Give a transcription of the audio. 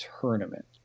tournament